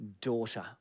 daughter